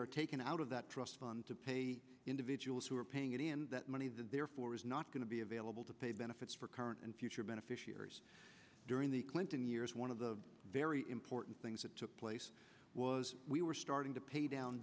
are taking out of that trust fund to pay individuals who are paying it and that money that therefore is not going to be available to pay benefits for current and future beneficiaries during the clinton years one of the very important things that took place was we were starting to pay down